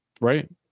Right